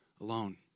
alone